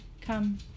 Come